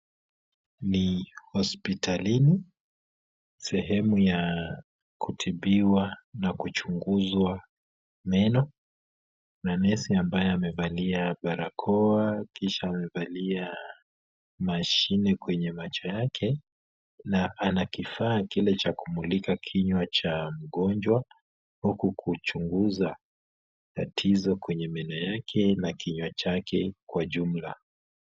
Ni hospitalini sehemu ya kutibiwa na kuchunguzwa meno, na nesi ambaye amevalia barakoa kisha amevalia mashine kwenye macho yake na ana kifaa kile cha kumulika kinywa cha mgonjwa huku akichunguza tatizo kwenye meno yake na kinywa chake kwa jumla.